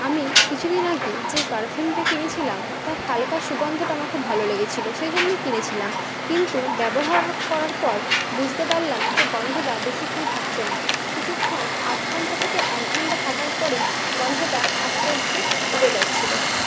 আমি কিছুদিন আগে যে পারফিউমটা কিনেছিলাম তার হালকা সুগন্ধটা আমার খুব ভালো লেগেছিল সেই জন্যই কিনেছিলাম কিন্তু ব্যবহার করার পর বুঝতে পারলাম যে গন্ধটা বেশিক্ষণ থাকছে না কিছুক্ষণ আধ ঘণ্টা থেকে এক ঘণ্টা থাকার পরেই গন্ধটা আস্তে আস্তে উবে যাচ্ছিল